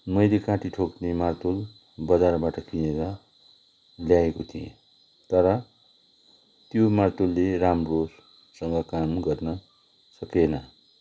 मैले काँटी ठेक्ने मार्तोल बजारबाट किनेर ल्याएको थिएँ तर त्यो मार्तोलले राम्रोसँग काम गर्न सकेन